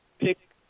pick